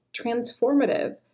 transformative